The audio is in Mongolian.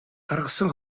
гаргасан